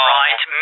right